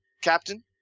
Captain